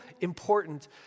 important